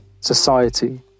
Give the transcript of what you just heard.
society